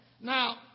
Now